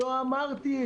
לא כך אמרתי.